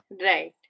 right